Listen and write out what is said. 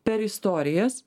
per istorijas